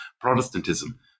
Protestantism